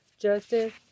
justice